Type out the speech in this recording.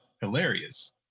hilarious